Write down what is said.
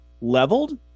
leveled